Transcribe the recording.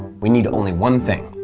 we need only one thing.